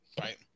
Right